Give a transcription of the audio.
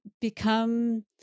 become